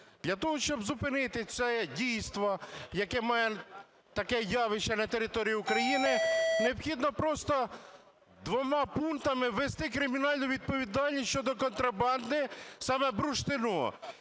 Для того, щоб зупинити це дійство, яке має таке явище на території України, необхідно просто двома пунктами ввести кримінальну відповідальність щодо контрабанди саме бурштину.